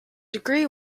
degree